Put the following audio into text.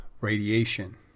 radiation